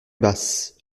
basse